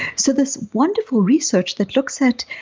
so this wonderful research that looks at,